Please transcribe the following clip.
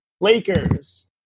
Lakers